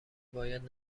باید